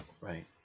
Right